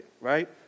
right